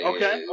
Okay